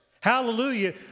hallelujah